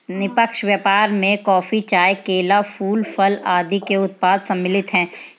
निष्पक्ष व्यापार में कॉफी, चाय, केला, फूल, फल आदि के उत्पाद सम्मिलित हैं